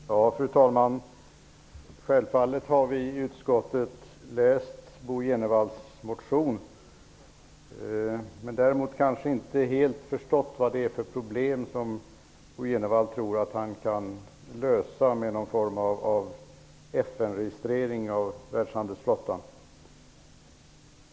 Fru talman! Vi har självfallet i utskottet läst Bo G Jenevalls motion. Däremot har vi kanske inte helt förstått vilka problem han tror att man kan lösa med någon form av FN-registrering av världshandelsflottan.